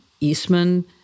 Eastman